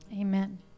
amen